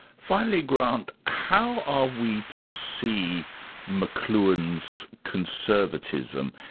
finally grant, how are we to see mcluhan's conservatism?